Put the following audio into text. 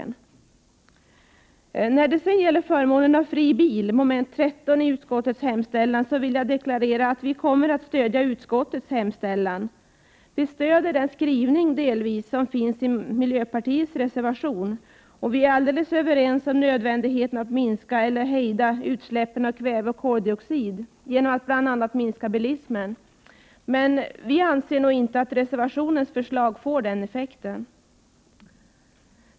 När det gäller förmånen av fri bil, som tas upp i mom. 13 i utskottets hemtällan, vill jag deklarera att vi kommer att stödja utskottets hemställan. Vi stödjer delvis den skrivning som finns i miljöpartiets reservation, och vi är överens om nödvändigheten av att hejda utsläppen av kväveoch koldioxid genom bl.a. att minska bilismen. Men vi anser inte att reservationens förslag får en sådan effekt.